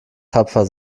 tapfer